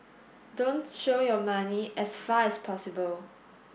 don't show your money as far as possible